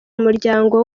umuryango